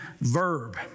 verb